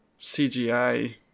CGI